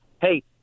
hey